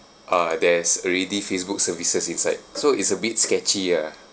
uh there's already facebook services inside so it's a bit sketchy ah